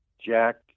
Jack